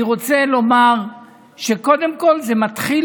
אני רוצה לומר שקודם כול זה מתחיל